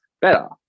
better